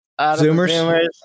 Zoomers